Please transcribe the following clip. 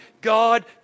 God